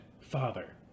Father